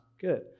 good